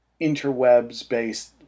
interwebs-based